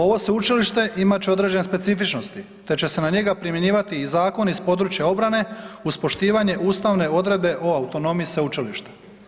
Ovo Sveučilište imat će određene specifičnosti te će se na njega primjenjivati i zakoni s područja obrane, uz poštivanje ustavne odredbe o autonomiji sveučilišta.